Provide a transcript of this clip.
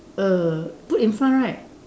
err put in front right